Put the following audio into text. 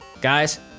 guys